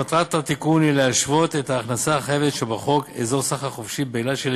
מטרת התיקון היא להשוות את ההכנסה החייבת שבחוק אזור סחר חופשי באילת,